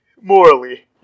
morally